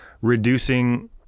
reducing-